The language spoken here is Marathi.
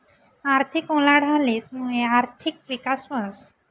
आर्थिक उलाढालीस मुये आर्थिक विकास व्हस